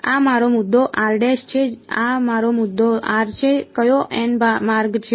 આ મારો મુદ્દો છે આ મારો મુદ્દો છે કયો માર્ગ છે